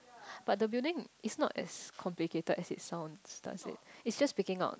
but the building is not as complicated as it sounds does it it just picking out